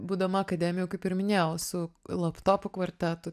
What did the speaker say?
būdama akademijoj kaip ir minėjau su laptopų kvartetu